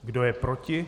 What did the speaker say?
Kdo je proti?